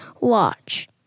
watch